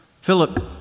Philip